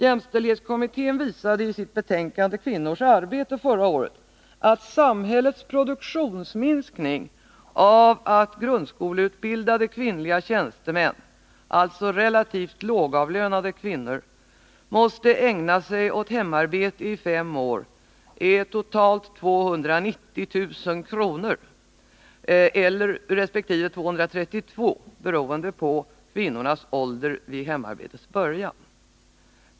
Jämställdhetskommittén visade i sitt betänkande Kvinnors arbete förra året att samhällets produktionsminskning på grund av att grundskoleutbildade kvinnliga tjänstemän — dvs. relativt lågavlönade kvinnor — måste ägna sig åt hemarbete i fem år är totalt 290 000 kr. resp. 232 000 kr., beroende på kvinnornas ålder vid hemarbetets början.